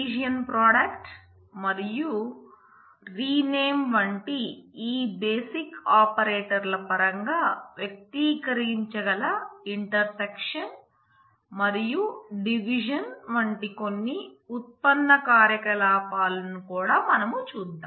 ఇప్పుడు మనం వివరంగా చూద్దాం